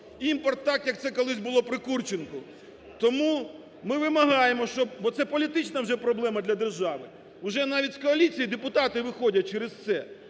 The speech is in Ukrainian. імпорт, так, як це колись було при Курченку. Тому ми вимагаємо, щоб… бо це політична вже проблема для держави, уже навіть з коаліції депутати виходять через це,